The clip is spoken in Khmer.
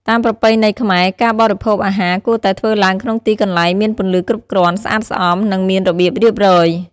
តាមប្រពៃណីខ្មែរ ការបរិភោគអាហារគួរតែធ្វើឡើងក្នុងទីកន្លែងមានពន្លឺគ្រប់គ្រាន់ ស្អាតស្អំ និងមានរបៀបរៀបរយ ។